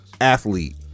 athlete